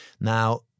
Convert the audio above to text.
Now